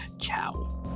Ciao